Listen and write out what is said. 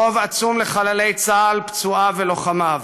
חוב עצום לחללי צה"ל, פצועיו ולוחמיו.